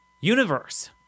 universe